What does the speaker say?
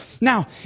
Now